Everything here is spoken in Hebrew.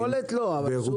מכולת לא, אבל סופר?